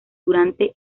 durante